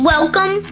Welcome